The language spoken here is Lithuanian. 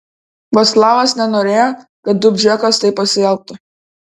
vaclavas nenorėjo kad dubčekas taip pasielgtų